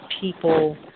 people